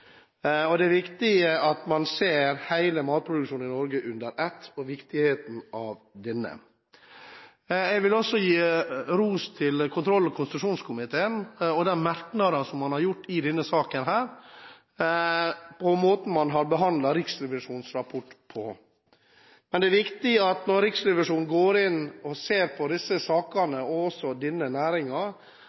mat. Det er viktig at man ser hele matproduksjonen i Norge under ett, og ser viktigheten av denne. Jeg vil gi kontroll- og konstitusjonskomiteen ros for de merknader man har i denne saken, og for den måten man har behandlet Riksrevisjonens rapport på. Men når Riksrevisjonen går inn og ser på denne saken og på denne